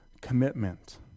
commitment